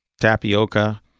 tapioca